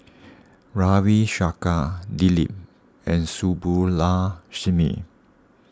Ravi Shankar Dilip and Subbulakshmi